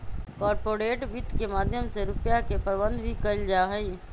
corporate वित्त के माध्यम से रुपिया के प्रबन्धन भी कइल जाहई